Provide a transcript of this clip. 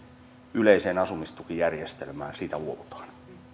yleiseen asumistukijärjestelmään luovutaan